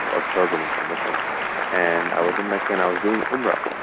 of pilgrimage for muslims and i was in mecca, and i was doing umrah.